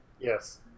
Yes